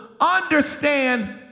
understand